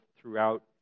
throughout